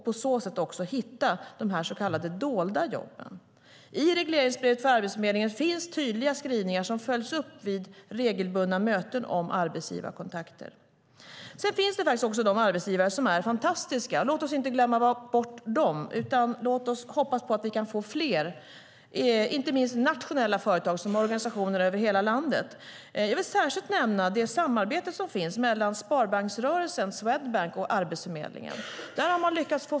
På så sätt kan man hitta de så kallade dolda jobben. I regleringsbrevet för Arbetsförmedlingen finns tydliga skrivningar som följs upp vid regelbundna möten om arbetsgivarkontakter. Dessutom finns det arbetsgivare som är fantastiska. Låt oss inte glömma bort dem, utan låt oss hoppas att vi kan få med fler inte minst nationella företag som har organisationer över hela landet. Jag vill särskilt nämna det samarbete som finns mellan sparbanksrörelsen Swedbank och Arbetsförmedlingen.